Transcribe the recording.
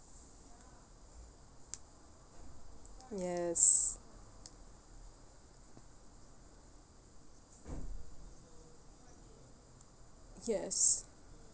yes yes